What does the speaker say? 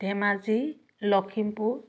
Dhemaji Lakhimpur